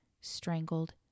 strangled